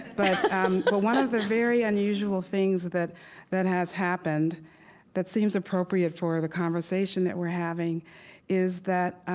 but um but one of the very unusual things that that has happened that seems appropriate for the conversation that we're having is that